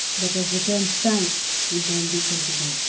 let us return thanks, he boldly continued,